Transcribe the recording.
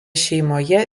šeimoje